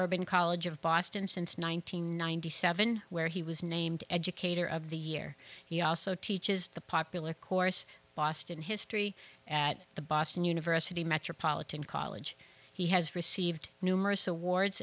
urban college of boston since one thousand nine hundred and ninety seven where he was named educator of the year he also teaches the popular course boston history at the boston university metropolitan college he has received numerous awards